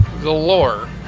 galore